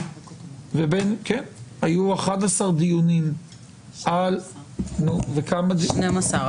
היו 11 דיונים על --- 12 דיונים,